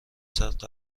ساعت